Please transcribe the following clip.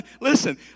Listen